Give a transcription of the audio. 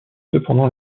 cependant